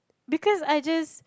because I just